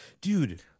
dude